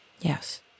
Yes